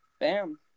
Bam